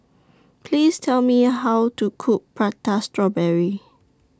Please Tell Me How to Cook Prata Strawberry